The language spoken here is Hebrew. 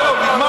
לא, לא, לא.